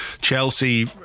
Chelsea